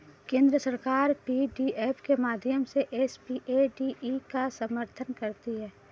केंद्र सरकार पी.डी.एफ के माध्यम से एस.पी.ए.डी.ई का समर्थन करती है